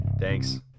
Thanks